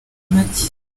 make